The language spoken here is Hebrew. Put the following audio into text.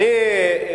אדוני היושב-ראש,